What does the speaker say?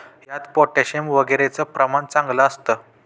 यात पोटॅशियम वगैरेचं प्रमाण चांगलं असतं